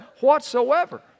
whatsoever